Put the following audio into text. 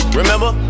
remember